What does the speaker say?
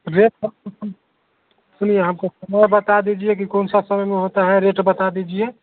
rate सुनिए आप समय बता दीजिए कौन से समय में होता है रेट बता दीजिए